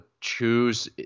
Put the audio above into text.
choose